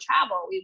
travel